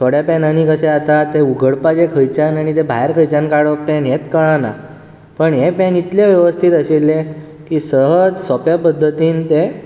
pan कशें आतां तें उगडपाचें खंयच्यान आनी भायर खंयच्यान काडप हेंच कळना पूण हें पॅन इतलें वेवस्थी आशिल्लें की सहज सोंपे पद्दतीन तें